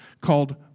called